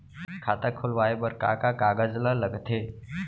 खाता खोलवाये बर का का कागज ल लगथे?